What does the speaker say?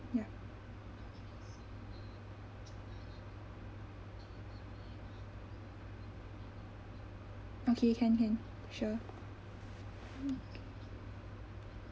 ya okay can can sure